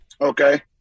Okay